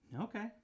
Okay